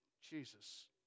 Jesus